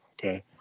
okay